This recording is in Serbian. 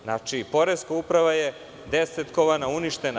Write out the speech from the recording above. Znači, Poreska uprava je desetkovana, uništena.